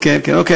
כן, כן.